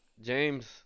James